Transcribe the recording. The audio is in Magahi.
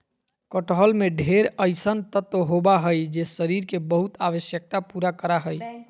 कटहल में ढेर अइसन तत्व होबा हइ जे शरीर के बहुत आवश्यकता पूरा करा हइ